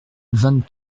vingt